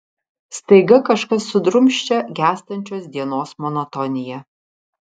staiga kažkas sudrumsčia gęstančios dienos monotoniją